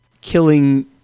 killing